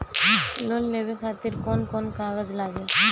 Loan लेवे खातिर कौन कौन कागज लागी?